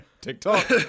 TikTok